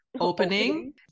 opening